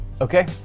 Okay